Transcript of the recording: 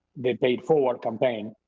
the pay it forward campaign.